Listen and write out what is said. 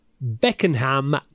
Beckenham